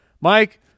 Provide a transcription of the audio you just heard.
Mike